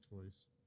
toys